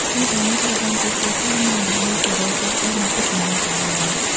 ឈ្មោះទាំងនេះត្រូវបានគេជឿថា នាំមកនូវសិរីសួស្តី និងភាពចម្រុងចម្រើន។